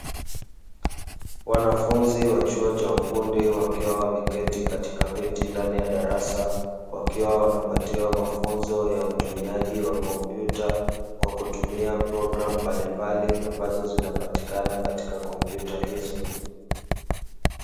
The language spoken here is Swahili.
Wanafunzi wa chuo cha ufundi wakiwa wameketi katika viti ndani ya darasa, wakiwa wanapatiwa mafunzo ya utumiaji wa kompyuta kwa kutumia programu mbalimbali, ambazo zinapatikana katika kompyuta hizo.